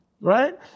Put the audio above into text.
Right